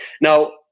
Now